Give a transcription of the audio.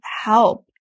help